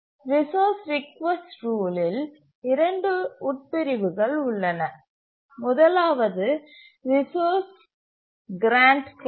resource request rule இல் இரண்டு உட்பிரிவுகள் உள்ளன முதலாவது ரிசோர்ஸ் கிராண்ட் க்ளாஸ்